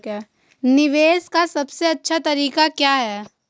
निवेश का सबसे अच्छा तरीका क्या है?